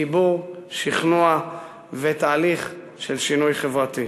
דיבור, שכנוע ותהליך של שינוי חברתי.